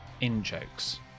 in-jokes